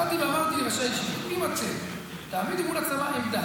באתי ואמרתי לראשי הישיבות: אם אתם תעמידו מול הצבא עמדה,